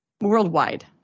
worldwide